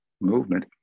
movement